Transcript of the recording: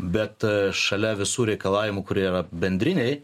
bet šalia visų reikalavimų kurie yra bendriniai